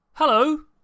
Hello